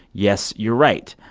yes, you're right.